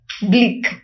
Bleak